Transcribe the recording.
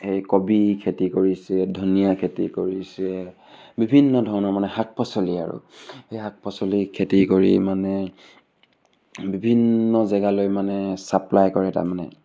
সেই কবি খেতি কৰিছে ধনিয়া খেতি কৰিছে বিভিন্ন ধৰণৰ মানে শাক পাচলি আৰু সেই শাক পাচলি খেতি কৰি মানে বিভিন্ন জেগালৈ মানে চাপ্লাই কৰে তাৰমানে